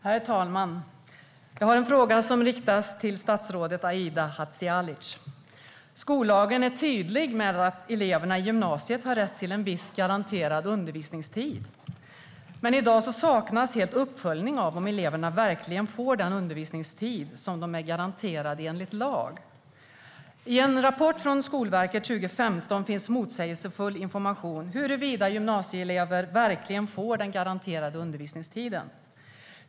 Herr talman! Jag har en fråga som riktas till statsrådet Aida Hadzialic. Skollagen är tydlig med att eleverna i gymnasiet har rätt till en viss garanterad undervisningstid. Men i dag saknas helt uppföljning av om eleverna verkligen får den undervisningstid som de är garanterade enligt lag. I en rapport från Skolverket 2015 finns motsägelsefull information om huruvida gymnasieelever verkligen får den garanterade undervisningstiden.